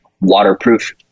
waterproof